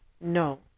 no